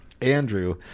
Andrew